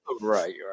right